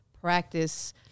practice